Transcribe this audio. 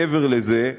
מעבר לזה,